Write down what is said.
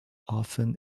often